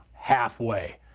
Halfway